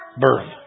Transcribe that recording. birth